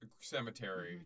cemetery